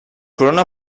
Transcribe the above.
corona